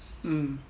mm